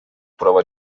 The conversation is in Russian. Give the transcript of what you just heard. права